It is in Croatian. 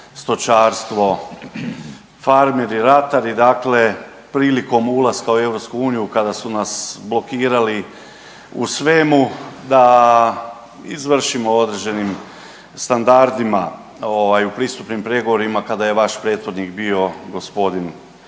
stočarstv. Farmeri, ratari dakle prilikom ulaska u EU kada su nas blokirali u svemu da izvršimo u određenim standardima ovaj u pristupnim pregovorima kada je vaš prethodnik bio gospodin